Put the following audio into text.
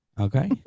Okay